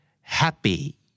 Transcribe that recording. happy